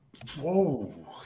Whoa